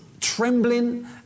trembling